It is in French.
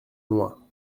loin